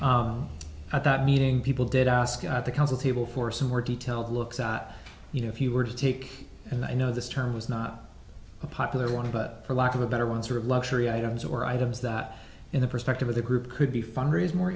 at that meeting people did ask the council table for some more details looks you know if you were to take and i know this term was not a popular one but for lack of a better one sort of luxury items or items that in the perspective of the group could be funders more